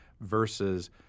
versus